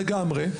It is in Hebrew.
לגמרי.